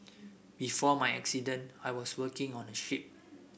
before my accident I was working on a ship